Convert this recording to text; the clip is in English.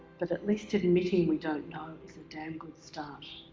but at least admitting we don't know is a damn good start.